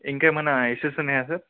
ఇంకా ఏమన్నా ఇష్యూస్ ఉన్నాయా సార్